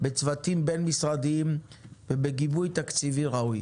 צוותים בין-משרדיים וגיבוי תקציבי ראוי.